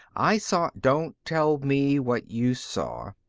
i saw don't tell me what you saw.